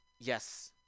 yes